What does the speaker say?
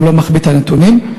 ולא מחביא את הנתונים.